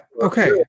okay